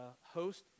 host